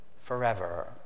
Forever